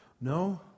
No